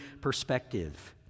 perspective